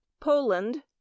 Poland